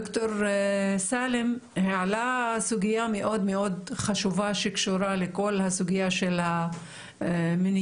דוקטור סאלם העלה סוגיה מאוד חשובה שקשורה לכל הסוגיה של המיניות,